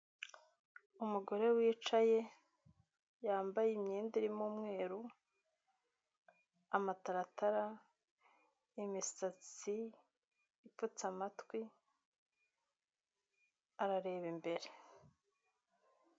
Umugore wicaye yambaye imyenda y'umweruru , amataratara, imisatsi ipfutse amatwi arareba imbere.